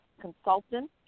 consultant